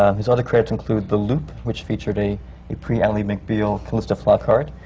um his other credits include the loop, which featured a a pre ally mcbeal calista flockhart,